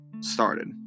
started